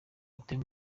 batuye